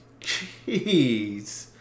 Jeez